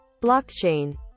blockchain